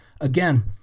Again